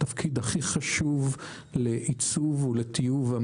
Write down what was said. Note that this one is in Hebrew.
ועדת הכלכלה היא אולי הוועדה עם התפקיד הכי חשוב לעיצוב ולטיוב המשק